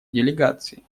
делегации